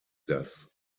das